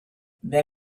then